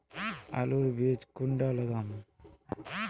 आलूर बीज कुंडा लगाम?